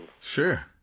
Sure